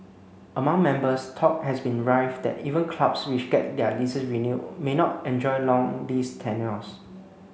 among members talk has been rife that even clubs which get their leases renewed may not enjoy long lease tenures